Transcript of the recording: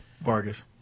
Vargas